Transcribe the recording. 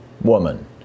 woman